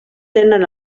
tenen